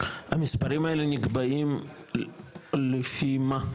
המספרים האלה נקבעים לפי מה?